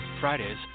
Fridays